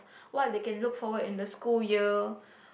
what they can look forward in the school year